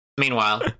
Meanwhile